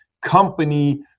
company